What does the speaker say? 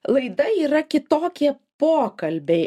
laida yra kitokie pokalbiai